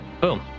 boom